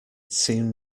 seemed